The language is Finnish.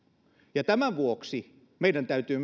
ja tämän vuoksi meidän täytyy